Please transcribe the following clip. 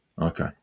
Okay